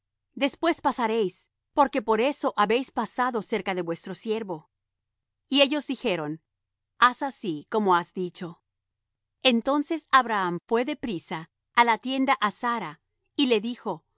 después pasaréis porque por eso habéis pasado cerca de vuestro siervo y ellos dijeron haz así como has dicho entonces abraham fué de priesa á la tienda á sara y le dijo